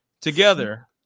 together